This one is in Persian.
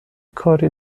کاری